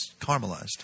Caramelized